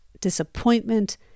disappointment